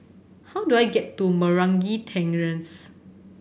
how do I get to Meragi Terrace